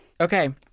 Okay